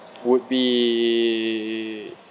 would be